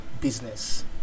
business